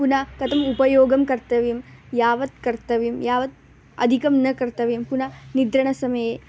पुनः कथम् उपयोगं कर्तव्यं यावत् कर्तव्यं यावत् अधिकं न कर्तव्यं पुनः निद्राणसमये